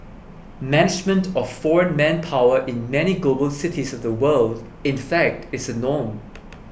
management of foreign manpower in many global cities of the world in fact is a norm